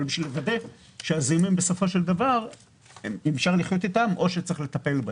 אלא בשביל לוודא שאפשר לחיות עם הזיהומים או שצריך לטפל בהם,